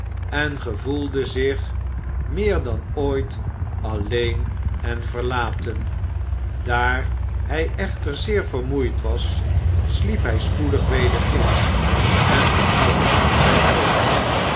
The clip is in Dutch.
en gevoelde zich meer dan ooit alleen en verlaten daar hij echter zeer vermoeid was sliep hij spoedig weder in en vergat zijn nood